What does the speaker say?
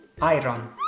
iron